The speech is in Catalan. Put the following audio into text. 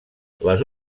les